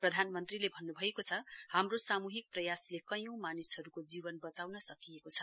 प्रधानमन्त्रीले भन्न्भएको छ हाम्रो सामूहिक प्रयासले कैंयौं मानिहरूको जीवन वचाउन सकिएको छ